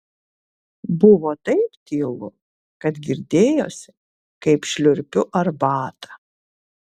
buvo taip tylu kad girdėjosi kaip šliurpiu arbatą